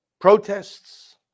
protests